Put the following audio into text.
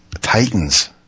Titans